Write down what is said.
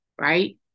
right